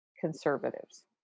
conservatives